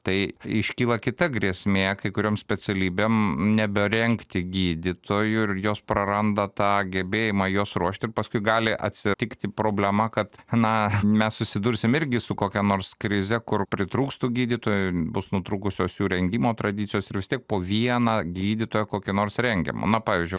tai iškyla kita grėsmė kai kurioms specialybėm neberengti gydytojų ir jos praranda tą gebėjimą juos ruošti ir paskui gali atsitikti problema kad na mes susidursim irgi su kokia nors krize kur pritrūks tų gydytojų bus nutrūkusios jų rengimo tradicijos ir vis tiek po vieną gydytoją kokį nors rengiam na pavyzdžiui